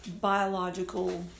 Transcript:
biological